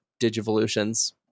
digivolutions